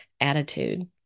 attitude